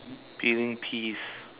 peeling peas